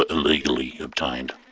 ah illegally obtained.